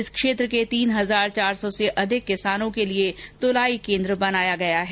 इस क्षेत्र के तीन हजार चार सौ से अधिक किसानों के लिए तुलाई केन्द्र बनाया गया है